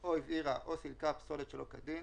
או הבעירה או סילקה פסולת שלא כדין,